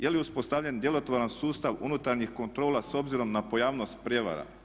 Je li uspostavljen djelotvoran sustav unutarnjih kontrola s obzirom na pojavnost prijevara?